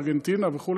ארגנטינה וכו',